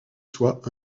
soit